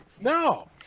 No